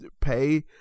pay